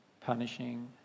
Punishing